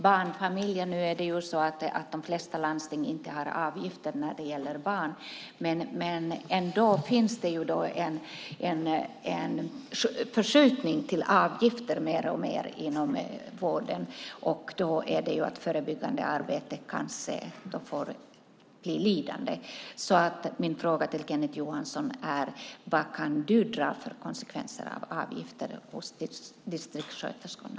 När det gäller barnfamiljer har de flesta landsting inte avgifter för barn, men det sker ändå en förskjutning mot mer och mer avgifter inom vården. Då blir kanske det förebyggande arbetet lidande. Min fråga till Kenneth Johansson är: Vilka konsekvenser kan du se av avgifter hos distriktssköterskorna?